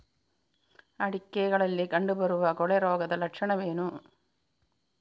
ಅಡಿಕೆಗಳಲ್ಲಿ ಕಂಡುಬರುವ ಕೊಳೆ ರೋಗದ ಲಕ್ಷಣವೇನು?